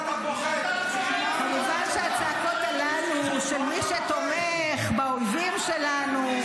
--- כמובן שהצעקות עליי הן של מי שתומך באויבים שלנו.